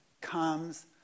comes